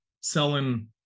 selling